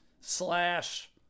slash